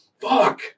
Fuck